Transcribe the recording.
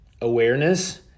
awareness